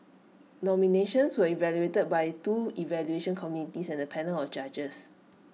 nominations were evaluated by two evaluation committees and A panel of judges